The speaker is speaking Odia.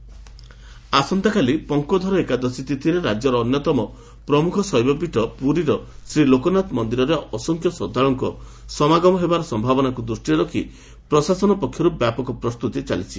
ପଙ୍କୋଷାର ଏକାଦଶୀ ଆସନ୍ତାକାଲି ପଙ୍କୋବ୍ବାର ଏକାଦଶୀ ତିଥିରେ ରାଜ୍ୟର ଅନ୍ୟତମ ପ୍ରମୁଖ ଶୈବପୀଠ ପୁରୀର ଶ୍ରୀଲୋକନାଥ ମନ୍ଦିରରେ ଅସଂଖ୍ୟ ଶ୍ରଦ୍ଧାଳୁଙ୍କ ସମାଗମ ହେବାର ସୟାବନାକୁ ଦୂଷ୍ଟିରେ ରଖ୍ ପ୍ରଶାସନ ପକ୍ଷରୁ ବ୍ୟାପକ ପ୍ରସ୍ତୁତି ଚାଲିଛି